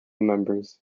members